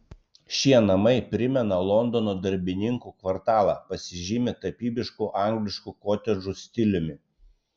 šie namai primena londono darbininkų kvartalą pasižymi tapybišku angliškų kotedžų stiliumi